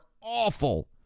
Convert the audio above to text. awful